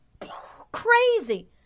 crazy